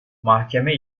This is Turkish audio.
mahkeme